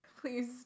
Please